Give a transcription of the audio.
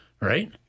right